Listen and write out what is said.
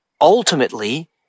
ultimately